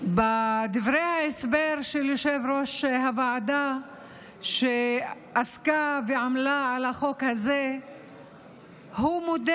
בדברי ההסבר של יושב-ראש הוועדה שעסקה ועמלה על החוק הזה הוא מודה